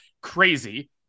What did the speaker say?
crazy